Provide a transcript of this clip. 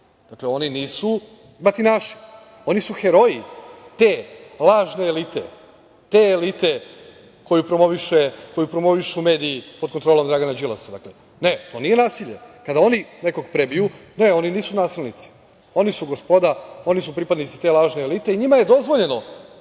nasilnici, oni nisu batinaši, oni su heroji te lažne elite, te elite koju promovišu mediji pod kontrolom Dragana Đilasa. Ne, to nije nasilje, kada oni nekoga prebiju oni nisu nasilnici. Oni su gospoda, oni su pripadnici te lažne elite i njima je dozvoljeno,